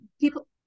people